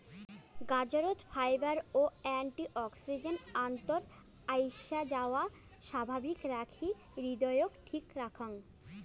গাজরত fibre ও antioxidant অক্তর আইসাযাওয়া স্বাভাবিক রাখি হৃদয়ক ঠিক রাখং